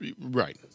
Right